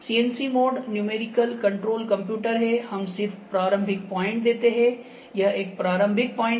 CNC मोड numerical control computer है हम सिर्फ प्रारंभिक पॉइंट देते हैं यह एक प्रारंभिक पॉइंट है